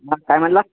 हां काय म्हणला